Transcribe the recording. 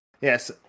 yes